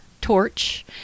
torch